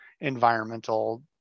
environmental